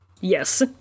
Yes